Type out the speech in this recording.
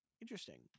interesting